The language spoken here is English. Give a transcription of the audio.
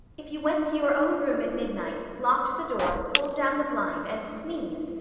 if you went to your own room at midnight, locked the door, pulled down the blind, and sneezed,